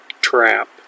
trap